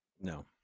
No